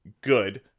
good